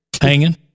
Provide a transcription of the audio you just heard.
hanging